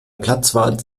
platzwart